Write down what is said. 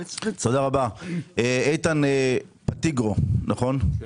(היו"ר יונתן מישרקי, 11:15) איתן פטיגרו, בבקשה.